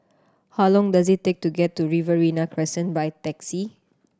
how long does it take to get to Riverina Crescent by taxi